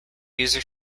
user